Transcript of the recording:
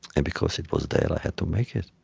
and because it was there, i had to make it.